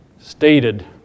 stated